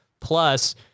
plus